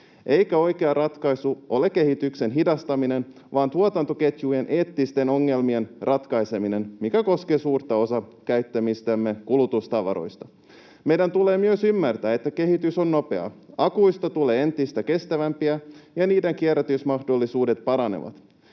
eikä oikea ratkaisu ole kehityksen hidastaminen vaan tuotantoketjujen eettisten ongelmien ratkaiseminen, mikä koskee suurta osa käyttämistämme kulutustavaroista. Meidän tulee myös ymmärtää, että kehitys on nopeaa. Akuista tulee entistä kestävämpiä ja niiden kierrätysmahdollisuudet paranevat.